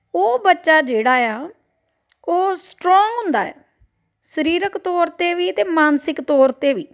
ਉਹ ਬੱਚਾ ਜਿਹੜਾ ਆ ਉਹ ਸਟਰੋਂਗ ਹੁੰਦਾ ਸਰੀਰਕ ਤੌਰ 'ਤੇ ਵੀ ਅਤੇ ਮਾਨਸਿਕ ਤੌਰ 'ਤੇ ਵੀ